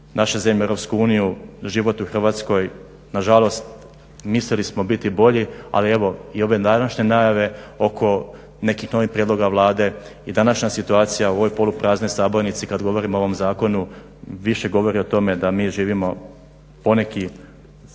naše zemlje u EU život u Hrvatskoj nažalost, mislili smo biti bolji, ali evo i ove današnje najave oko nekih novih prijedloga Vlade i današnja situacija u ovoj polupraznoj sabornici kad govorimo o ovom zakonu više govori o tome da mi živimo, poneki